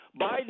Biden